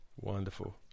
Wonderful